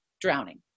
drowning